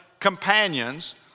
companions